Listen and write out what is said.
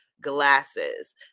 glasses